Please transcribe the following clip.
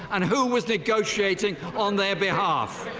and who was negotiating on their behalf.